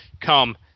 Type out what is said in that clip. come